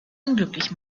unglücklich